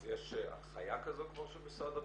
אז כבר יש הנחייה כזו של משרד הבריאות?